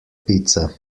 pizza